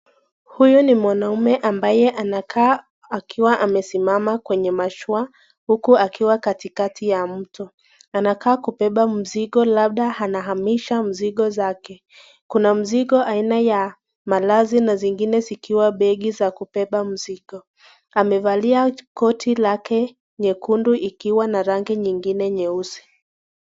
Huyu ni mwanaume ambaye anakaa akiwa amesimama kwenye mashua huku akiwa katikati ya mto. Anakaa kubeba mzigo labda anahamisha mzigo zake. Kuna mzigo aina ya malazi na zingine zikiwa begi za kubeba mzigo. Amevalia koti lake nyekundu ikiwa na rangi nyengine nyeusi.